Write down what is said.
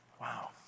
Wow